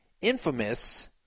infamous